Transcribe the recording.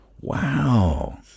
wow